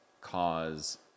cause